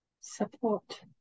support